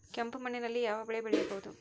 ಕೆಂಪು ಮಣ್ಣಿನಲ್ಲಿ ಯಾವ ಬೆಳೆ ಬೆಳೆಯಬಹುದು?